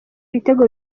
ibitego